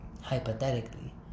Hypothetically